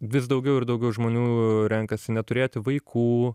vis daugiau ir daugiau žmonių renkasi neturėti vaikų